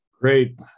Great